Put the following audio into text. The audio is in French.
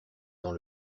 dans